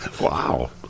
Wow